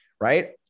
right